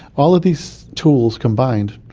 all of these tools combined,